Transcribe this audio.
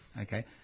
Okay